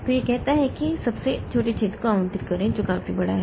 तो यह कहता है कि सबसे छोटे छेद को आवंटित करें जो काफी बड़ा है